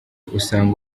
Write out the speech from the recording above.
usanga